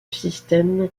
système